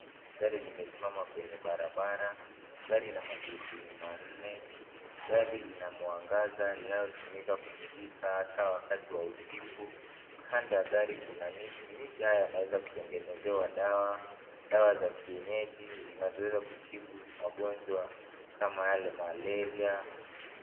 Gari limesimama kwenye barabara. Gari lina magurudumu manne. Gari lina mwangaza inayotumika kumulika hasa wakati wa usiku. Kando ya gari kuna miti. Miti hii inaweza tumika kutengeneza dawa ya kienyeji zinazoweza kutibu magonjwa kama yale malaria.